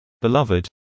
beloved